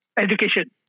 education